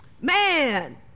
Man